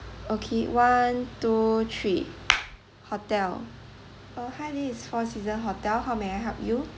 okay one two three hotel uh hi this is four seasons hotel how may I help you